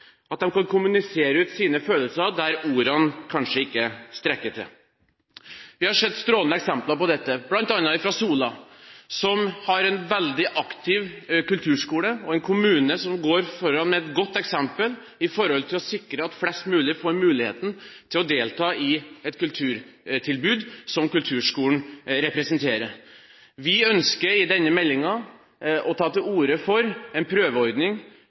kan kommunisere ut sine følelser der ordene kanskje ikke strekker til. Vi har sett strålende eksempler på dette, bl.a. fra Sola, som har en veldig aktiv kulturskole og er en kommune som går foran med et godt eksempel når det gjelder å sikre at flest mulig får muligheten til å delta i et kulturtilbud som kulturskolen representerer. I denne meldingen tar man til orde for en prøveordning